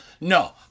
No